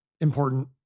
important